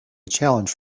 challenge